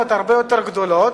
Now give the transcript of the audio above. אבל יש סכנות הרבה יותר גדולות.